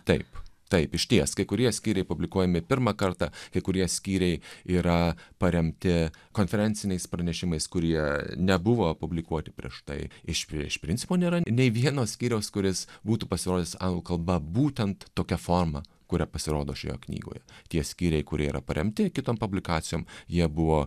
taip taip išties kai kurie skyriai publikuojami pirmą kartą kai kurie skyriai yra paremti konferenciniais pranešimais kurie nebuvo publikuoti prieš tai iš pri iš principo nėra nei vieno skyriaus kuris būtų pasirodęs anglų kalba būtent tokia forma kuria pasirodo šioje knygoje tie skyriai kurie yra paremti kitom pablikacijom jie buvo